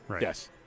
Yes